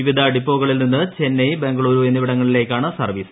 വിവിധ ഡിപ്പോകളിൽ നിന്ന് ചെന്നൈ ബംഗളൂരു എന്നിവിടങ്ങളിലേക്കാണ് സർവ്വീസ്